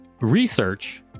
Research